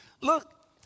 Look